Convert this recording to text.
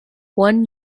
one